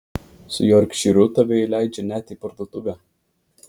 su jorkšyru tave įleidžia net į parduotuvę